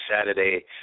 Saturday